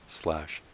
slash